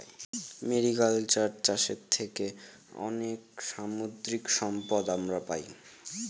mariculture চাষের থেকে অনেক সামুদ্রিক সম্পদ আমরা পাই